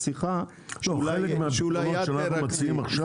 חלק מהפתרונות שאנחנו מציעים עכשיו,